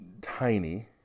tiny